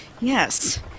Yes